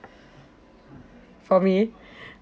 for me